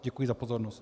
Děkuji za pozornost.